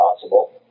possible